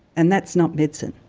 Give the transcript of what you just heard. and that's not medicine.